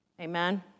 Amen